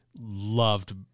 loved